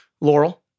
Laurel